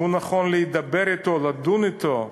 שהוא נכון להידבר אתו, לדון אתו,